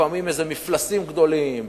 לפעמים איזה מפלסים גדולים,